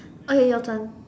okay your turn